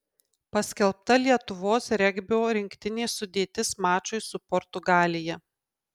paskelbta lietuvos regbio rinktinės sudėtis mačui su portugalija